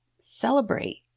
celebrate